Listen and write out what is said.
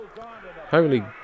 Holy